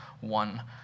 one